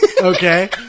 Okay